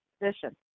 position